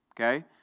okay